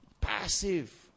passive